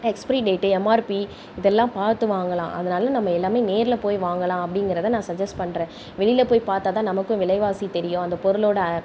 expiry date MRP இதெல்லாம் பார்த்து வாங்கலாம் அதனால் நம்ம எல்லாம் நேரில் போய் வாங்கலாம் அப்படிங்கிறதை நான் சஜ்ஜெஸ் பண்ணுறேன் வெளியில் போய் பார்த்தா தான் நமக்கும் விலைவாசி தெரியும் அந்த பொருளோட